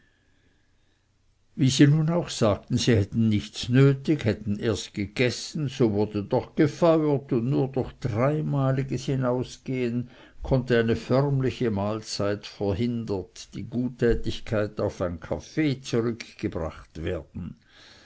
wie sie nun auch sagten sie hätten nichts nötig hätten erst gegessen so wurde doch gefeuert und nur durch dreimaliges hinausgehen konnte eine förmliche mahlzeit verhindert die guttätigkeit auf ein kaffee zurückgebracht werden